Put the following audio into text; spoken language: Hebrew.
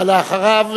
אחריו,